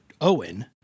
Owen